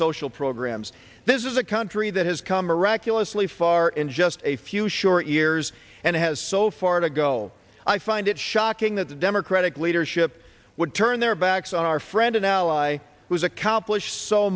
social programs this is a country that has come a reckless lee far in just a few short years and has so far to go i find it shocking that the democratic leadership would turn their backs on our friend and ally who is accomplished so